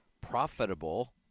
profitable